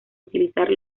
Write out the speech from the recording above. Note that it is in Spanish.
utilizar